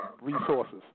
resources